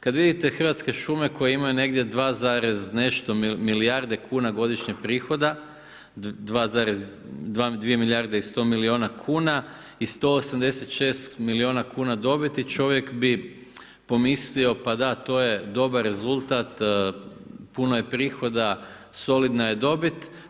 Kad vidite Hrvatske šume koje imaju negdje 2 zarez nešto milijarde kuna godišnje prihoda, 2 milijarde i 100 milijuna kuna i 186 milijuna kuna dobiti čovjek bi pomislio pa da, to je dobar rezultat, puno je prihoda, solidna je dobit.